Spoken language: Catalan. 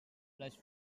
les